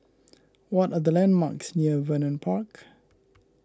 what are the landmarks near Vernon Park